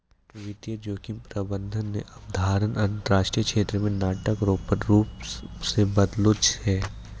वित्तीय जोखिम प्रबंधन के अवधारणा अंतरराष्ट्रीय क्षेत्र मे नाटक रो रूप से बदललो छै